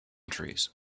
trees